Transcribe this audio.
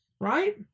right